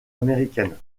américaine